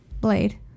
Blade